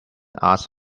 asked